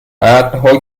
عقل